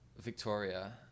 Victoria